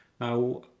Now